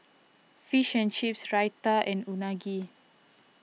Fish and Chips Raita and Unagi